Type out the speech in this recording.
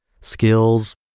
skills